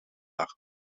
leggen